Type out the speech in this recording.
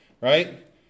right